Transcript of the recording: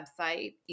website